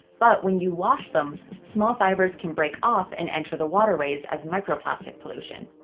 but when you wash them, small fibers can break off and enter the waterways as microplastic pollution.